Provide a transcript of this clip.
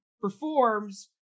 performs